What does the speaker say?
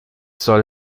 soll